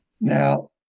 Now